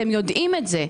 אתם יודעים את זה.